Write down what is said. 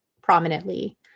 prominently